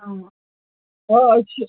آ آ أتی چھِ